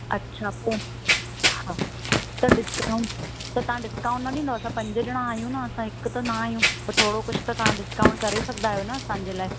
अछा त पोइ हा त डिस्काउंट त तव्हां डिस्काउंट न ॾींदव असां पंज ॼणा आहियूं न असां हिकु त ना आहियूं त थोरो कुझु त तव्हां डिस्काउंट करे सघंदा आहियो न असांजे लाइ